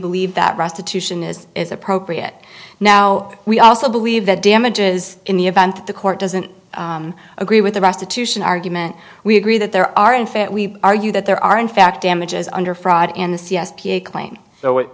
believe that restitution is is appropriate now we also believe that damages in the event that the court doesn't agree with the restitution argument we agree that there are in fact we argue that there are in fact damages under fraud in the